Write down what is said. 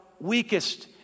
weakest